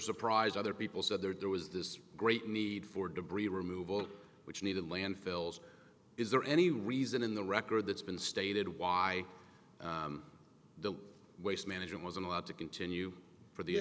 surprised other people said there do was this great need for debris removal which needed landfills is there any reason in the record that's been stated why the waste management wasn't allowed to continue for the